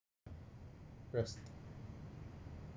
test